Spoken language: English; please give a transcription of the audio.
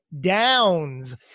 Downs